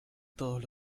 todos